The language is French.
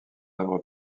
œuvre